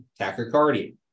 tachycardia